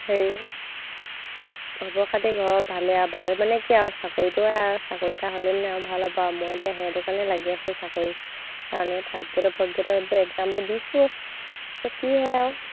হেৰি খবৰ খাতি ঘৰত ভালে আৰু ভাল মানে কি আৰু চাকৰিটোৱে আৰু চাকৰি এটা হ'লে মানে আৰু ভাল হ'ব আৰু মই এতিয়া সেইটোৰ কাৰণে লাগি আছোঁ চাকৰি কাৰণে থাৰ্ড গ্ৰেডৰ ফৰ্থ গ্ৰেডৰ এইবোৰ এক্সামবোৰ দিছোঁ এ কি হয় আৰু